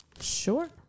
sure